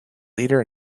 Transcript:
leader